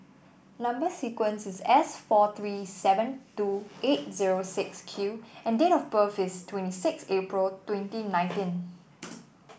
number sequence is S four three seven two eight zero six Q and date of birth is twenty six April twenty nineteen